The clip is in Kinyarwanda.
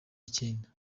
icyenda